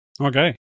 Okay